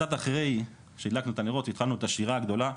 וקצת אחרי שהדלקנו את הנרות והתחלנו את השירה הגדולה,